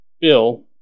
bill